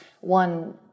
one